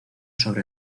sobre